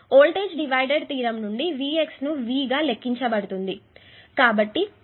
కాబట్టి voltage divider theorem నుండి Vx ను v1 గా లెక్కించబడుతుంది